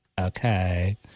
okay